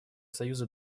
союза